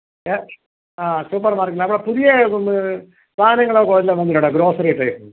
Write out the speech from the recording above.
ഏ ആ സൂപ്പർമാർക്കറ്റ് നമ്മുടെ പുതിയ ഇതൊന്ന് സാധനങ്ങളൊക്കെ വല്ലതും വന്നിട്ടുണ്ടോ ഗ്രോസറി ഐറ്റംസ്